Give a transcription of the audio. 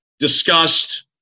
discussed